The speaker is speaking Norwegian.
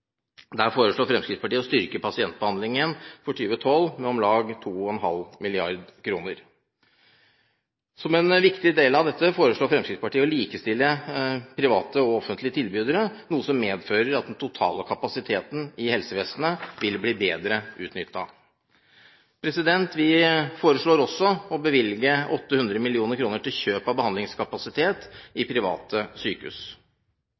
Der foreslår Fremskrittspartiet å styrke pasientbehandlingen for 2012 med om lag 2,5 mrd. kr. Som en viktig del av dette foreslår Fremskrittspartiet å likestille private og offentlige tilbydere, noe som medfører at den totale kapasiteten i helsevesenet vil bli bedre utnyttet. Vi foreslår også å bevilge 800 mill. kr til kjøp av behandlingskapasitet i private sykehus.